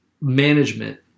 management